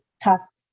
tasks